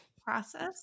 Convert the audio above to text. process